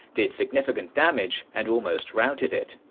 did significant damage and almost routed it.